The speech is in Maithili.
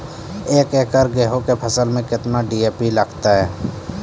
एक एकरऽ गेहूँ के फसल मे केतना डी.ए.पी लगतै?